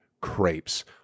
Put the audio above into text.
Crepes